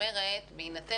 בהינתן